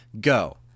go